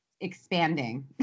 expanding